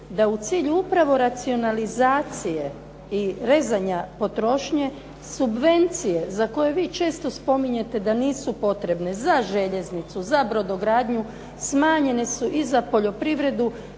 da u cilju upravo racionalizacije i rezanja potrošnje subvencije, za koje vi često spominjete da nisu potrebne za željeznicu, za brodogradnju smanjene su i za poljoprivredu